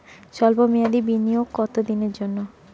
সল্প মেয়াদি বিনিয়োগ কত দিনের জন্য?